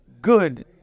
good